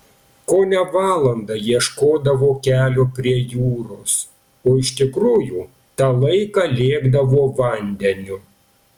kone valandą ieškodavo kelio prie jūros o iš tikrųjų tą laiką lėkdavo vandeniu